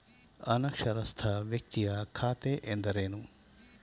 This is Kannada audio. ಅನಕ್ಷರಸ್ಥ ವ್ಯಕ್ತಿಯ ಖಾತೆ ಎಂದರೇನು?